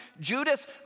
Judas